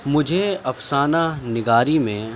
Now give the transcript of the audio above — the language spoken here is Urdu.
مجھے افسانہ نگاری میں